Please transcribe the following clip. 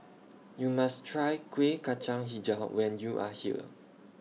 YOU must Try Kuih Kacang Hijau when YOU Are here